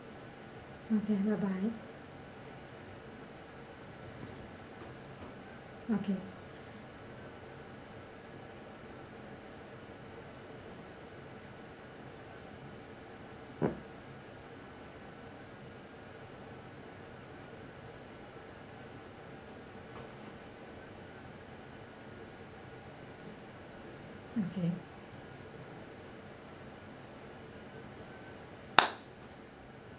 okay bye bye okay okay